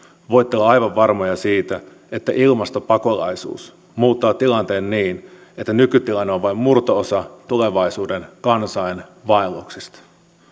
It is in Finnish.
voitte olla aivan varmoja siitä että ilmastopakolaisuus muuttaa tilanteen niin että nykytilanne on vain murto osa tulevaisuuden kansainvaelluksista